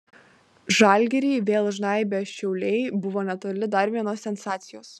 žalgirį vėl žnaibę šiauliai buvo netoli dar vienos sensacijos